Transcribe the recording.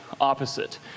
opposite